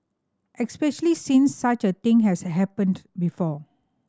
especially since such a thing has happened before